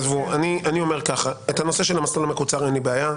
עם הנושא של המסלול המקוצר אין לי בעיה,